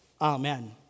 Amen